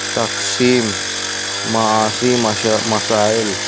تقسیم معاشی مسائل